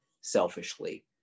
selfishly